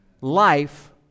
Life